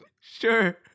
sure